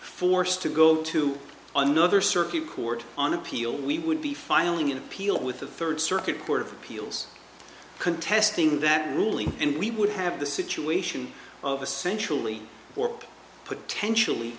forced to go to another circuit court on appeal we would be filing an appeal with the third circuit court of appeals contesting that ruling and we would have the situation of essentially potentially